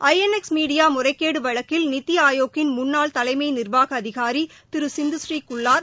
ஐ N X media முறைகேடு வழக்கில் நித்தி ஆயோக்கின் முன்னாள் தலைமை நிர்வாக அதிகாரி திரு சிந்துஸ்ரீ குல்வார்